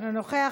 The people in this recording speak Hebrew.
אינו נוכח,